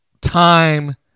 time